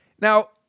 Now